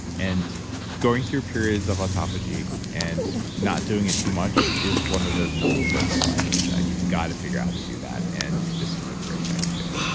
and going through periods of autophagy and not doing it too much is one of those non-negotiable items that you've got to figure out how to do that and this is a great guide to do it